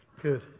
Good